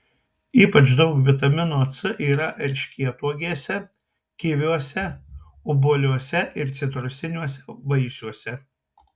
ypač daug vitamino c yra erškėtuogėse kiviuose obuoliuose ir citrusiniuose vaisiuose